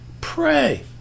Pray